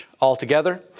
Altogether